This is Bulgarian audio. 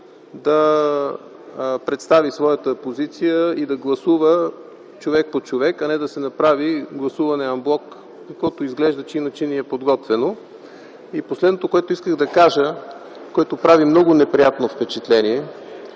да представи своята позиция и да гласува човек по човек, а не да се направи гласуване ан блок, каквото изглежда, че ни е подготвено. Последното, което исках да кажа, което прави много неприятно впечатление